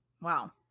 Wow